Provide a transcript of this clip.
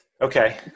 Okay